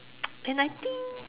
and I think